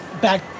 Back